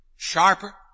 Sharper